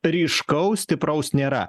ryškaus stipraus nėra